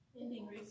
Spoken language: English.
Ending